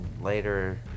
later